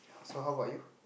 so how about you